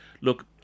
Look